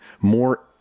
more